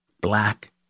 black